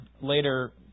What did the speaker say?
later